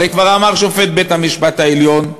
הרי כבר אמר שופט בית-המשפט העליון,